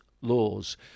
laws